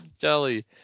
Jelly